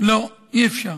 לא, אי-אפשר.